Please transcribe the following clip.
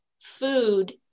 food